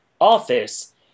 office